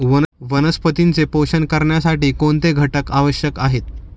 वनस्पतींचे पोषण करण्यासाठी कोणते घटक आवश्यक आहेत?